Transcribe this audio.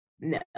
no